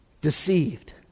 deceived